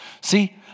See